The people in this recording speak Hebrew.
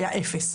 היה אפס.